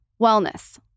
wellness